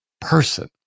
person